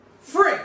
free